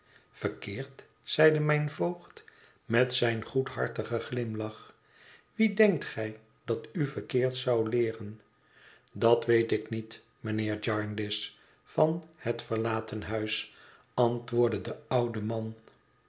verkeerd zeide mijn voogd met zijn goedhartigen glimlach wie denkt gij dat u verkeerd zou leeren dat weet ik niet mijnheer jarndyce van het verlaten huis antwoordde de oude man